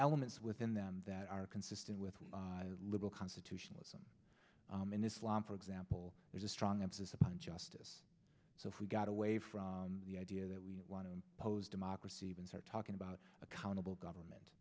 elements within them that are consistent with liberal constitutionalism in islam for example there's a strong emphasis upon justice so if we got away from the idea that we want to impose democracy even start talking about accountable government